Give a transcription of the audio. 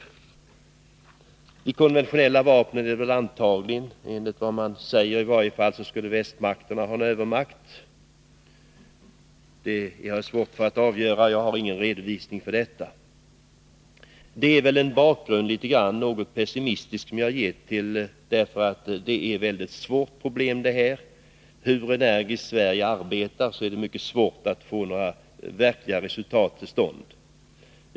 När det gäller de konventionella vapnen skulle, enligt vad som sägs, västmakterna ha övervikt. Jag har svårt att avgöra det, eftersom jag inte har någon redovisning över det. Jag har här gett en bakgrund, något pessimistisk, till möjligheterna när det gäller nedrustning. Det här är ett mycket svårt problem. Hur energiskt Sverige än arbetar är det mycket svårt att få några verkliga resultat till stånd.